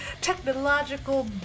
technological